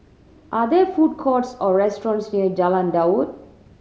are there food courts or restaurants near Jalan Daud